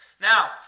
Now